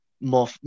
more